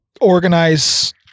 organize